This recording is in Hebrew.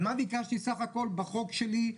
אז מה ביקשתי סך הכול בחוק שלי?